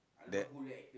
the